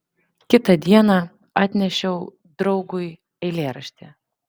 kitą dieną atnešiau draugui eilėraštį